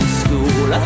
school